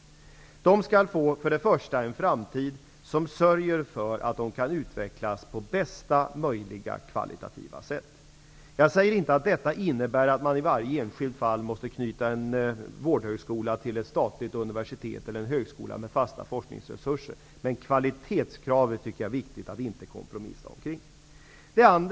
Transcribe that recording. För det första skall vårdhögskolorna få en framtid där man sörjer för att de kan utvecklas på bästa möjliga kvalitativa sätt. Detta behöver inte innebära att man i varje enskilt fall måste knyta en vårdhögskola till ett statligt universitet eller en högskola med fasta forskningsresurser, men det är viktigt att inte kompromissa om kvalitetskravet.